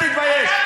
תתבייש.